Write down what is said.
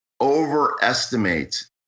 overestimate